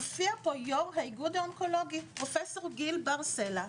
הופיע פה יו"ר האיגוד האונקולוגי פרופ' גיל בר סלע.